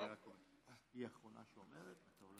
הגעתי אליו דרך חברה שלי שחלתה בסרטן והכירה לי את העמותה.